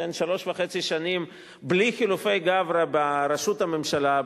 שלוש שנים וחצי בלי חילופי גברי בראשות הממשלה,